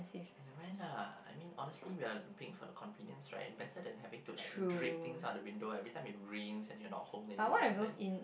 never mind lah I mean honestly we are paying for the convenience right better than having to like drip things out of the windows every time it rains and you are not hoping it would then